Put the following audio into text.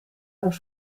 auch